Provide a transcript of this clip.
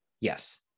Yes